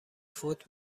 فوت